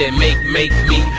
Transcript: and make make me